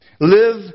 Live